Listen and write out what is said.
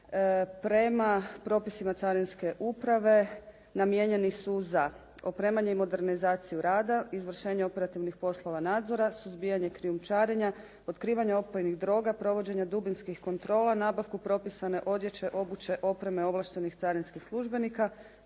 prema propisima carinske uprave namijenjeni su za opremanje i modernizaciju rada, izvršenje operativnih poslova nadzora, suzbijanje krijumčarenja, otkrivanje opojnih droga, provođenja dubinskih kontrola, nabavku propisane odjeće, obuće, opreme ovlaštenih carinskih službenika,